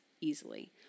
easily